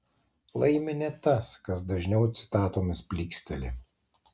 laimi ne tas kas dažniau citatomis plyksteli